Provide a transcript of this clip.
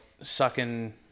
sucking